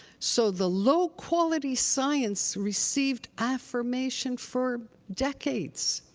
so, the low-quality science received affirmation for decades.